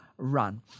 run